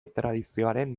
tradizioaren